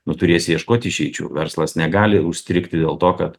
nu turėsi ieškot išeičių verslas negali užstrigti dėl to kad